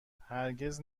هرگز